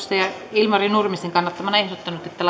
ilmari nurmisen kannattamana ehdottanut että